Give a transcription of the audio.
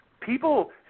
people